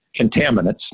contaminants